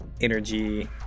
energy